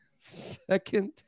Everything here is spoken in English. second